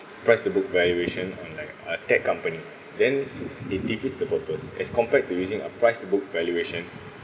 price-to-book valuation on like uh tech company then it defeats the purpose as compared to using a price-to-book valuation